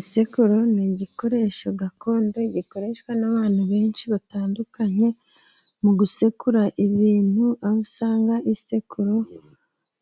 Isekuro ni igikoresho gakondo gikoreshwa n'abantu benshi batandukanye mu gusekura ibintu, aho usanga isekuro